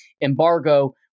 embargo